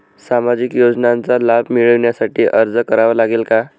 सामाजिक योजनांचा लाभ मिळविण्यासाठी अर्ज करावा लागेल का?